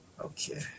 Okay